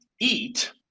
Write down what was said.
eat